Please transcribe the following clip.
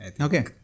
Okay